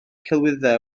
celwyddau